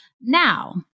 Now